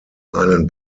einen